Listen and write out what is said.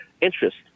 interest